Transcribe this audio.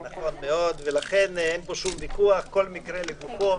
כל נושא לגופו,